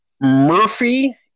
Murphy